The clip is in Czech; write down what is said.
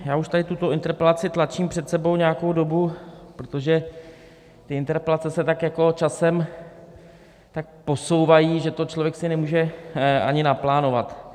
Já už tady tuto interpelaci tlačím před sebou nějakou dobu, protože ty interpelace se časem tak posouvají, že si to člověk nemůže ani naplánovat.